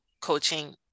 coaching